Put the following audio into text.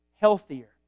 healthier